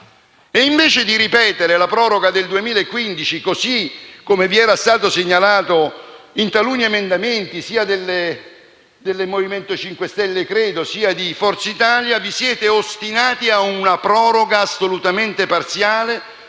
e invece di ripetere la proroga del 2015 così come era stato segnalato in taluni emendamenti, credo sia del Movimento 5 Stelle che di Forza Italia, vi siete ostinati a una proroga assolutamente parziale